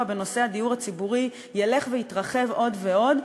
בנושא הדיור הציבורי ילך ויתרחב עוד ועוד,